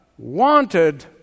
wanted